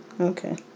Okay